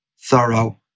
thorough